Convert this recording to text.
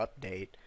update